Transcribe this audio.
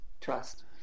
trust